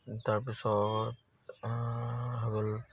তাৰপিছত হ'ল